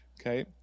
Okay